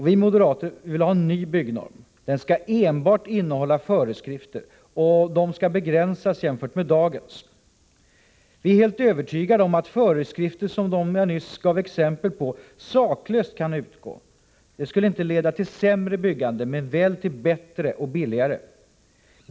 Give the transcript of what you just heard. Vi moderater vill ha en ny byggnorm. Den skall innehålla enbart föreskrifter, och de skall begränsas jämfört med dagens. Vi är helt övertygade om att föreskrifter som dem jag nyss gav exempel på saklöst kan utgå. Det skulle inte leda till sämre byggande men väl till bättre och billigare.